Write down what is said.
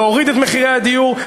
להוריד את מחירי הדיור,